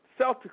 Celtics